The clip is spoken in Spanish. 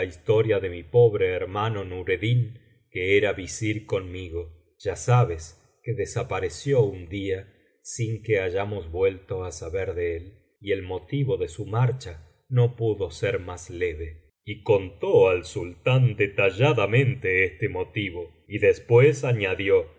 historia de mi pobre hermano nureddin que era visir conmigo ya sabes que desapareció un día sin que hayamos vuelto á saber de él y el motivo de su marcha no pudo ser más leve y contó al sultán detalladamente este motivo y después añadió